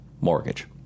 mortgage